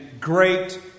great